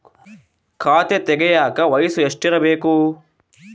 ಖಾತೆ ತೆಗೆಯಕ ವಯಸ್ಸು ಎಷ್ಟಿರಬೇಕು?